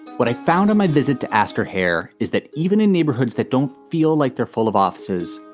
what i found in my visit to ask her hair is that even in neighborhoods that don't feel like they're full of officers,